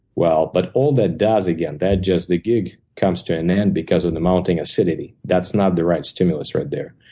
well, but all that does, again, that just the gig comes to an end because of the mounting acidity. that's not the right stimulus right there.